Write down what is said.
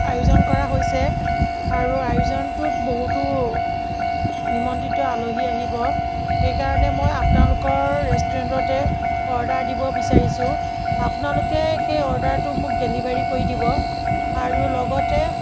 আয়োজন কৰা হৈছে আৰু আয়োজনটোত বহুতো নিমন্ত্ৰিত আলহী আহিব সেইকাৰণে মই আপোনালোকৰ ৰেষ্টুৰেণ্টতে অৰ্ডাৰ দিব বিচাৰিছোঁ আপোনালোকে সেই অৰ্ডাৰটো মোক ডেলিভাৰী কৰি দিব আৰু লগতে